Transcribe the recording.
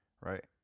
Right